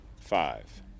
Five